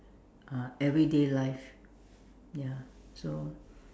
uh everyday life ya so